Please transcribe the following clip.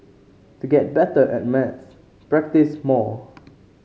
to get better at maths practise more